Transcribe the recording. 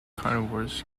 carnivores